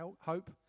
hope